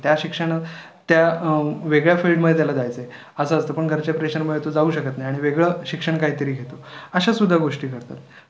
त्या शिक्षणा त्या वेगळ्या फिल्डमध्ये त्याला जायचं आहे असं असतं पण घरच्या प्रेशरमुळे तो जाऊ शकत नाही आणि वेगळं शिक्षण काहीतरी घेतो अशा सुद्धा गोष्टी घडतात